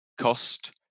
cost